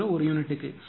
70 ஒரு யூனிட்டுக்கு